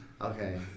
Okay